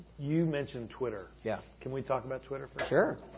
you mentioned twitter. yeah. can we talk about twitter for sure.